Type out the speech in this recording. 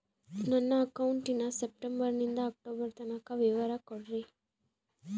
ನನ್ನ ಅಕೌಂಟಿನ ಸೆಪ್ಟೆಂಬರನಿಂದ ಅಕ್ಟೋಬರ್ ತನಕ ವಿವರ ಕೊಡ್ರಿ?